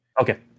Okay